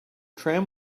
tram